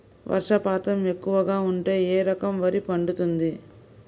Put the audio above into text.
వర్షపాతం ఎక్కువగా ఉంటే ఏ రకం వరి పండుతుంది?